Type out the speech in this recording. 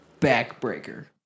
Backbreaker